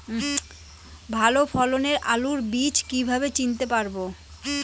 ভালো ফলনের আলু বীজ কীভাবে চিনতে পারবো?